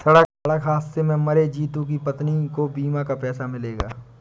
सड़क हादसे में मरे जितू की पत्नी को बीमा का पैसा मिलेगा